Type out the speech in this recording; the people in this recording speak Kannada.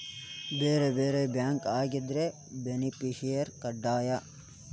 ಬ್ಯಾರೆ ಬ್ಯಾರೆ ಬ್ಯಾಂಕ್ ಆಗಿದ್ರ ಬೆನಿಫಿಸಿಯರ ಕಡ್ಡಾಯ